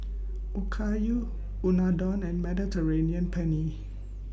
Okayu Unadon and Mediterranean Penne